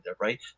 right